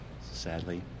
sadly